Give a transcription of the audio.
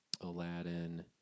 Aladdin